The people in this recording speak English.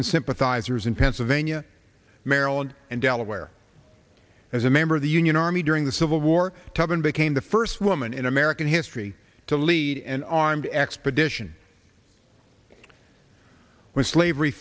and sympathizers in pennsylvania maryland and delaware as a member of the union army during the civil war tub and became the first woman in american history to lead an armed x addition when slavery